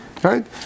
Right